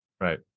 Right